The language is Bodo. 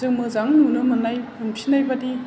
जों मोजां नुनो मोन्नाय मोनफिन्नाय बादि